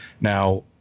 Now